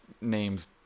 names